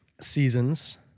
seasons